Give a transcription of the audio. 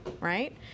right